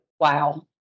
Wow